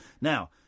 Now